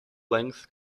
length